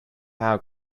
how